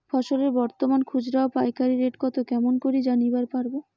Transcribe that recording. ফসলের বর্তমান খুচরা ও পাইকারি রেট কতো কেমন করি জানিবার পারবো?